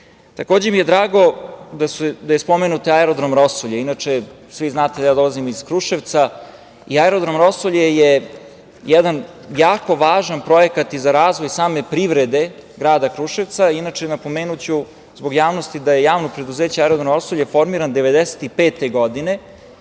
Srbije. Takođe mi je drago da je spomenut aerodrom „Rosulje“. Inače, svi znate da ja dolazim iz Kruševca i aerodrom „Rosulje“ je jedan jako važan projekat i za razvoj same privrede grada Kruševca. Inače, napomenuću, zbog javnosti, da je javno preduzeće aerodrom „Rosulje“ formirano 1995. godine